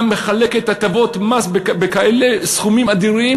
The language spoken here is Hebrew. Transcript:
מחלקת הטבות מס בכאלה סכומים אדירים,